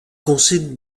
conciles